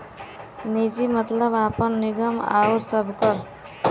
निजी मतलब आपन, निगम आउर सबकर